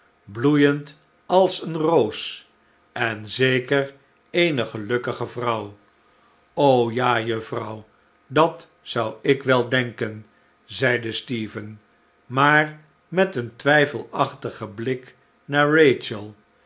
bloeiend als eene roos en zeker eene gelukkige vrouw ja juffrouw dat zou ik wel denken zeide stephen maar met een twijfelachtigen blik naar